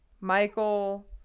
Michael